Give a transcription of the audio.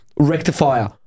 Rectifier